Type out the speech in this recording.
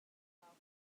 cauk